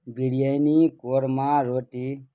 بریانی قورمہ روٹی